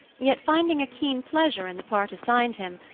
yet finding a keen pleasure in the part assigned him,